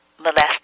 molested